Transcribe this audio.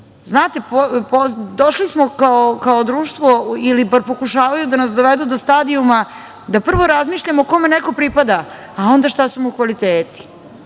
Znate, došli smo kao društvo ili bar pokušavaju da nas dovedu do stadijuma da prvo razmišljamo kome neko pripada, a onda šta su mu kvaliteti,